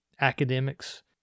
academics